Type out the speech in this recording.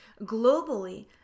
globally